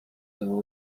down